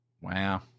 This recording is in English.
Wow